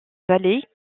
valley